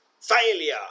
Failure